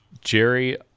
Jerry